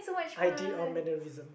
I did a mannerism